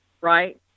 right